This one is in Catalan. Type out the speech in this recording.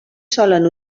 solen